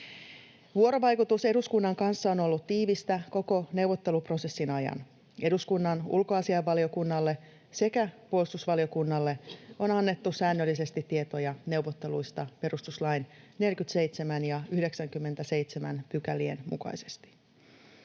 Vuorovaikutus eduskunnan kanssa on ollut tiivistä koko neuvotteluprosessin ajan. Eduskunnan ulkoasiainvaliokunnalle sekä puolustusvaliokunnalle on annettu säännöllisesti tietoja neuvotteluista perustuslain 47 ja 97 pykälien mukaisesti.